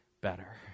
better